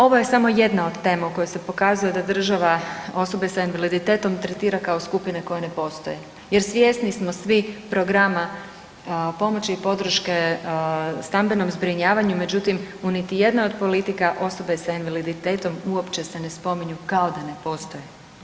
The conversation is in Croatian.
Ovo je samo jedna od tema u kojoj se pokazuje da država osobe sa invaliditetom tretirao kao skupine koje ne postoje jer svjesni smo svi programa pomoći i podrške stambenom zbrinjavanju, međutim, u niti jednoj od politika osobe s invaliditetom uopće se ne spominju, kao da ne postoje.